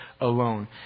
alone